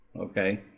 okay